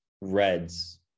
Reds